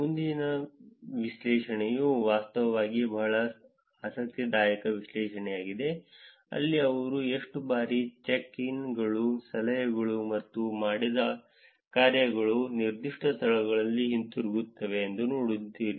ಮುಂದಿನ ವಿಶ್ಲೇಷಣೆಯು ವಾಸ್ತವವಾಗಿ ಬಹಳ ಆಸಕ್ತಿದಾಯಕ ವಿಶ್ಲೇಷಣೆಯಾಗಿದೆ ಅಲ್ಲಿ ಅವರು ಎಷ್ಟು ಬಾರಿ ಚೆಕ್ ಇನ್ಗಳು ಸಲಹೆಗಳು ಅಥವಾ ಮಾಡಿದ ಕಾರ್ಯಗಳು ನಿರ್ದಿಷ್ಟ ಸ್ಥಳಕ್ಕೆ ಹಿಂತಿರುಗುತ್ತಿವೆ ಎಂದು ನೋಡಿದರು